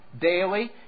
daily